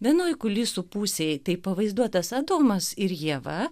vienoj kulisų pusėje tai pavaizduotas adomas ir ieva